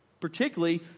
particularly